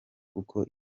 kuko